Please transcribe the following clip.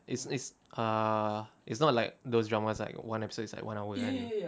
it's it's uh it's not like those dramas like one episode is like one hour